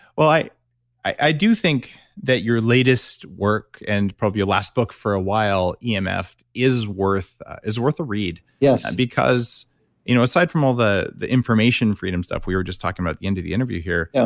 well, i i do think that your latest work and probably your last book for a while, yeah emf d is worth is worth a read yeah because you know aside from all the the information freedom stuff we were just talking about the end of the interview here, yeah